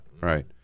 right